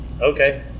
Okay